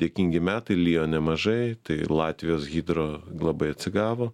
dėkingi metai lijo nemažai tai latvijos hidro labai atsigavo